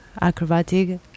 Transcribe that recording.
acrobatic